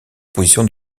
position